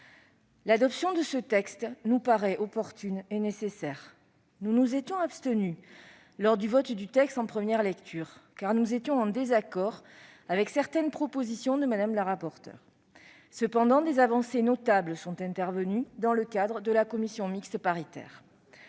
L'adoption de ce texte nous paraît opportune et nécessaire. Nous nous sommes abstenus en première lecture, car nous étions en désaccord avec certaines des propositions de Mme la rapporteure. Cependant, des avancées notables sont intervenues dans le cadre de la commission mixte paritaire